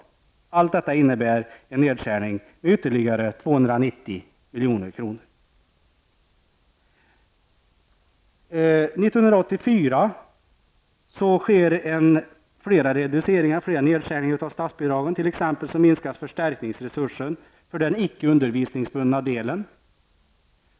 Allt detta innebar en nedskärning med ytterligare 290 1984 sker flera reduceringar, fler nedskärningar av statsbidrag, t.ex. minskas förstärkningsresursen för den icke undervisningsbundna delen.